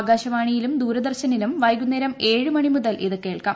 ആകാശവാണിയിലും ദൂരദർശനിലും വൈകുന്നേരം ഏഴ് മുണി മുതൽ ഇത് കേൾക്കാം